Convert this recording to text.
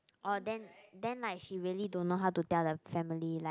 oh then then like she really don't know how to tell her family like